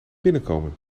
binnenkomen